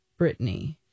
Britney